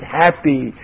happy